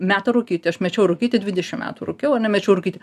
meta rūkyti aš mečiau rūkyti dvidešim metų rūkiau ar ne mečiau rūkyti